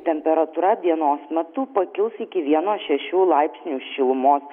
temperatūra dienos metu pakils iki vieno šešių laipsnių šilumos